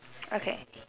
okay